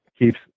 keeps